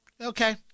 Okay